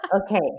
okay